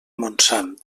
montsant